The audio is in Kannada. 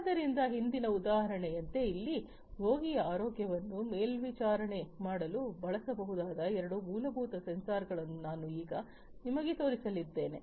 ಆದ್ದರಿಂದ ಹಿಂದಿನ ಉದಾಹರಣೆಯಂತೆ ಇಲ್ಲಿ ರೋಗಿಯ ಆರೋಗ್ಯವನ್ನು ಮೇಲ್ವಿಚಾರಣೆ ಮಾಡಲು ಬಳಸಬಹುದಾದ ಎರಡು ಮೂಲಭೂತ ಸೆನ್ಸಾರ್ಗಳನ್ನು ನಾನು ಈಗ ನಿಮಗೆ ತೋರಿಸಲಿದ್ದೇನೆ